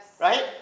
right